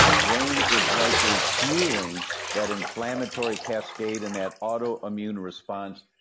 grain is likely fueling that inflammatory cascade, and that autoimmune response,